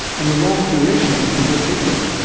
and the long durations people take them.